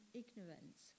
ignorance